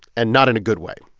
and not in a good way.